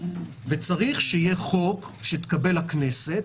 צריך שיהיה חוק, שתקבל הכנסת,